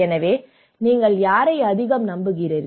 எனவே நீங்கள் யாரை அதிகம் நம்புகிறீர்கள்